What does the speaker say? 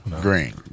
Green